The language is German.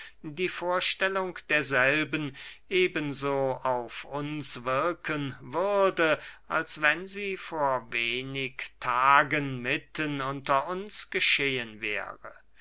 die vorstellung derselben eben so auf uns wirken würde als wenn sie vor wenig tagen mitten unter uns geschehen wäre